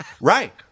Right